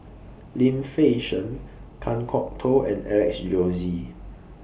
Lim Fei Shen Kan Kwok Toh and Alex Josey